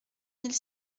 mille